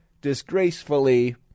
disgracefully